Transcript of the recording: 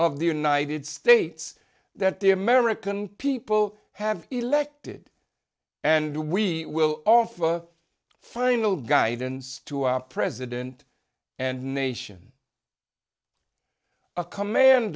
of the united states that the american people have elected and we will offer final guidance to our president and nation a command